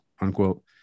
unquote